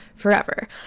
forever